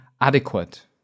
adequate